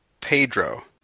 Pedro